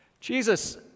Jesus